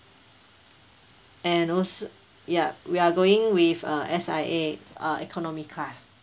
and also ya we are going with uh S_I_A uh economy class